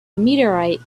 meteorite